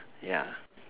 ya